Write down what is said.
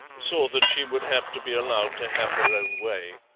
saw that she would have to be allowed to have her own way.